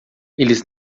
eles